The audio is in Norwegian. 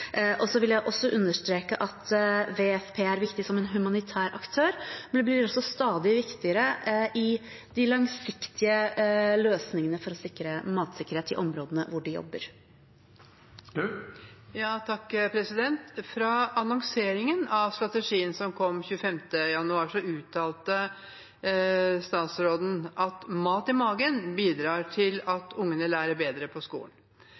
Så vil jeg også understreke at WFP er viktig som humanitær aktør, men blir også stadig viktigere i de langsiktige løsningene for å sikre matsikkerhet i områdene hvor de jobber. I forbindelse med annonseringen av strategien som kom 25. januar, uttalte statsråden: «Mat i magen bidrar til at ungene lærer bedre på skolen».